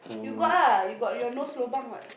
you got ah you got your nose lobang what